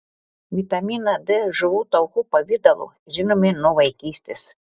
vitaminą d žuvų taukų pavidalu žinome nuo vaikystės